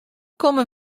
komme